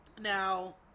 now